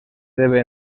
debe